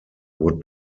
would